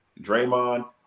Draymond